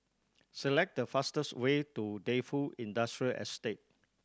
select the fastest way to Defu Industrial Estate